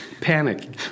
Panic